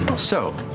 so